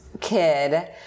kid